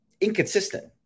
inconsistent